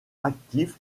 actif